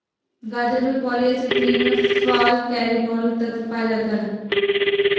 गाजर में polyacetylene व फालकैरिनोल तत्व पाया जाता है